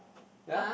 ya